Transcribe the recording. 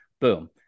boom